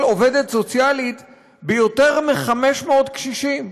כל עובדת סוציאלית ביותר מ-500 קשישים.